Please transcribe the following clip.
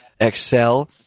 excel